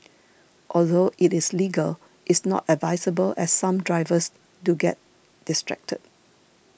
although it is legal is not advisable as some drivers do get distracted